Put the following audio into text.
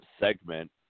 segment